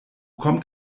kommt